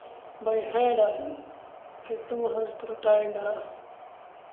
بَے ہینٛڈ آسَن کیٛازِ تِمَن حظ چھُ ٹایم نیران اَصٕل